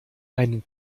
einen